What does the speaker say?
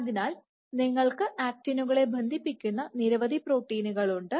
അതിനാൽ നിങ്ങൾക്ക് ആക്റ്റിനുകളെ ബന്ധിപ്പിക്കുന്ന നിരവധി പ്രോട്ടീനുകൾ ഉണ്ട്